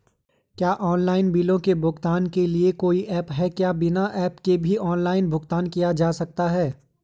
क्या ऑनलाइन बिलों के भुगतान के लिए कोई ऐप है क्या बिना ऐप के भी ऑनलाइन भुगतान किया जा सकता है?